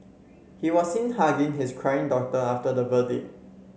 he was seen hugging his crying daughter after the verdict